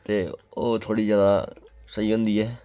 ते ओह् थोह्ड़ी जादा स्हेई होंदी ऐ